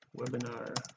webinar